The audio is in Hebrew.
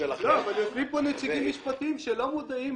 שלכם --- יושבים פה נציגים משפטיים שלא מודעים